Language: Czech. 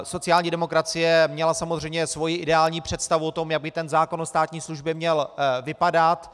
Sociální demokracie měla samozřejmě svoji ideální představu o tom, jak by ten zákon o státní službě měl vypadat.